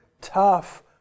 Tough